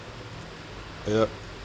ya